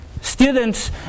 students